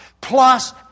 plus